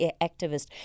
activist